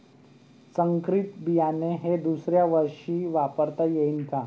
संकरीत बियाणे हे दुसऱ्यावर्षी वापरता येईन का?